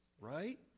Right